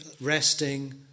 resting